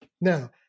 Now